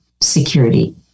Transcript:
security